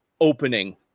opening